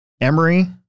Emory